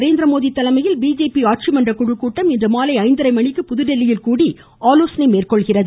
நரேந்திரமோடி தலைமையில் பிஜேபி ஆட்சிமன்றக்குழு கூட்டம் இன்று மாலை ஐந்தரை மணிக்கு புதுதில்லியில் கூடி ஆலோசனை மேற்கொள்கிறது